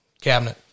cabinet